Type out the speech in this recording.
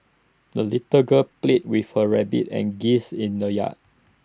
the little girl played with her rabbit and geese in the yard